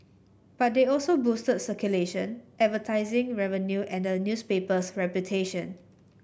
but they also boosted circulation advertising revenue and the newspaper's reputation